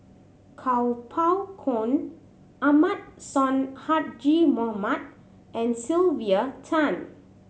Kuo Pao Kun Ahmad Sonhadji Mohamad and Sylvia Tan